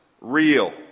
real